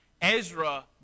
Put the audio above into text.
Ezra